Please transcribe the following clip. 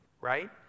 right